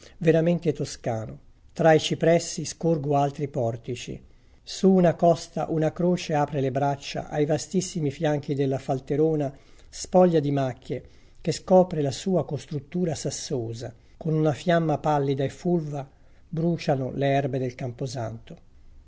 veramente toscano tra i cipressi scorgo altri portici su una costa una croce apre le braccia ai vastissimi fianchi della falterona spoglia di macchie che scopre la sua costruttura sassosa con una fiamma pallida e fulva bruciano le erbe del camposanto